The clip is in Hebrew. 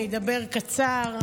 אני אדבר קצר.